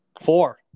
four